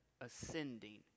ascending